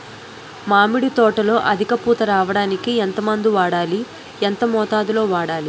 మామిడి తోటలో అధిక పూత రావడానికి ఎంత మందు వాడాలి? ఎంత మోతాదు లో వాడాలి?